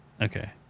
Okay